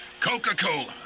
Coca-Cola